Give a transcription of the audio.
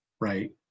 right